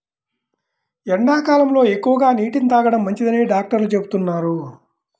ఎండాకాలంలో ఎక్కువగా నీటిని తాగడం మంచిదని డాక్టర్లు చెబుతున్నారు